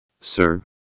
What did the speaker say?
sir